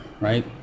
right